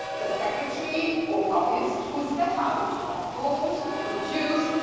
the secretary, or copyist who set out to compose, produce,